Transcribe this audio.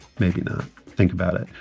maybe not think about it.